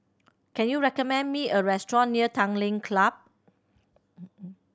can you recommend me a restaurant near Tanglin Club